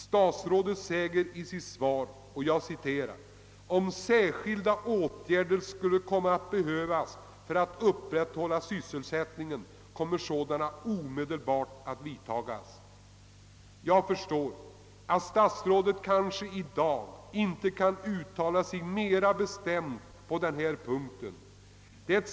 Statsrådet säger i sitt svar: »Om särskilda åtgärder skulle komma att behövas för att upprätthålla sysselsättningen kommer sådana omedelbart att vidtas.» Jag förstår att statsrådet i dag inte kan uttala sig mera bestämt på denna punkt.